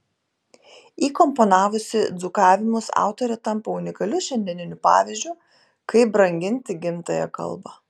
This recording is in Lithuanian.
įkomponavusi dzūkavimus autorė tampa unikaliu šiandieniniu pavyzdžiu kaip branginti gimtąją kalbą